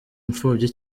imfubyi